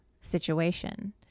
situation